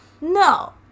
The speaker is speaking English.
No